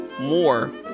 more